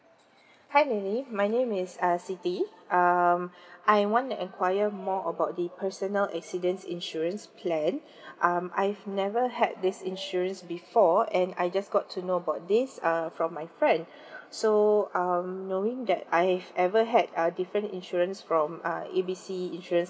hi lily my name is uh siti um I want to inquire more about the personal accidents insurance plan um I've never had this insurance before and I just got to know about this err from my friend so um knowing that I've ever had a different insurance from uh A B C insurance